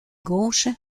gauche